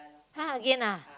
!huh! again ah